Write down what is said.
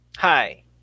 Hi